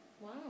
Wow